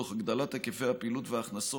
תוך הגדלת היקפי הפעילות וההכנסות,